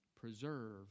Preserve